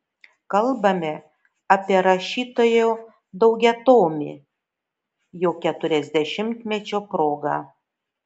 kalbame apie rašytojo daugiatomį jo keturiasdešimtmečio proga